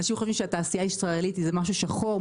אנשים חושבים שהתעשייה הישראלית היא משהו שחור,